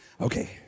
Okay